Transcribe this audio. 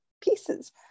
pieces